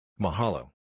Mahalo